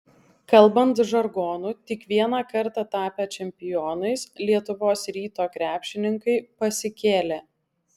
kalbant žargonu tik vieną kartą tapę čempionais lietuvos ryto krepšininkai pasikėlė